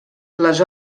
les